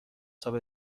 تاپ